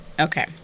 Okay